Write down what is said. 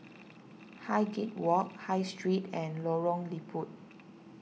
Highgate Walk High Street and Lorong Liput